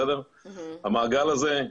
המעגל הזה,